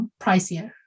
pricier